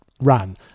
Run